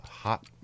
Hot